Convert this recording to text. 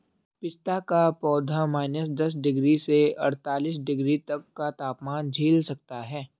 पिस्ता का पौधा माइनस दस डिग्री से अड़तालीस डिग्री तक का तापमान झेल सकता है